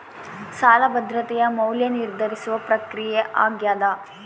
ಸಾಲ ಭದ್ರತೆಯ ಮೌಲ್ಯ ನಿರ್ಧರಿಸುವ ಪ್ರಕ್ರಿಯೆ ಆಗ್ಯಾದ